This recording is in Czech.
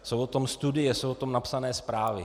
Jsou o tom studie, jsou o tom napsané zprávy.